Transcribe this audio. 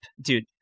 dude